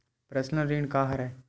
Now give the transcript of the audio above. Personal ऋण का हरय?